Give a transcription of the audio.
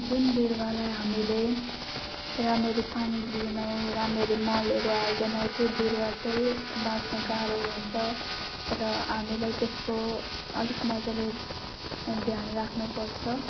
जुन बिरुवालाई हामीले रामरी पानी दिदैनौँ राम्ररी मलहरू हाल्दैनौँ त्यो बिरुवा चाहिँ बाँच्न गाह्रो हुन्छ र हामीलाई त्यसको अलिक मज्जाले ध्यान राख्नुपर्छ